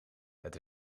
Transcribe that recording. het